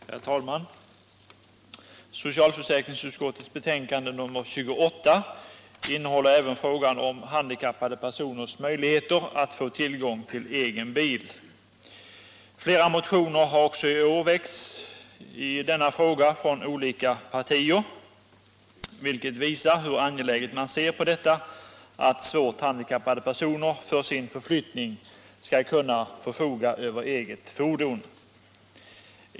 Herr talman! I socialförsäkringsutskottets betänkande nr 28 behandlas även frågan om handikappade personers möjligheter att få tillgång till egen bil. Flera motioner har också i år väckts av olika partier, vilket visar hur angeläget det anses vara att svårt handikappade personer för sin förflyttning skall kunna förfoga över eget fordon.